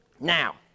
Now